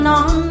on